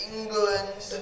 England